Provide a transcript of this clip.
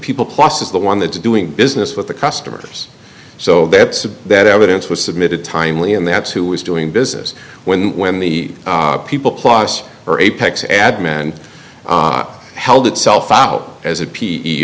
people plus is the one the doing business with the customers so that's that evidence was submitted timely and that's who was doing business when when the people plus are apex admin and held itself out as a p